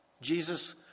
Jesus